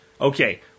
okay